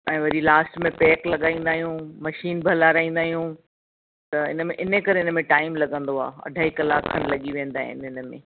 ऐं वरी लास्ट में पैक लॻाईंदा आहियूं मशीन बि हलाराईंदा आहियूं त इनमें इने करे इनमें टाइम लॻंदो आहे अढाई कलाक खनि लॻी वेंदा आहिनि इनमें